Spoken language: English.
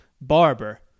barber